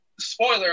Spoiler